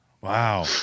Wow